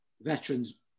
veterans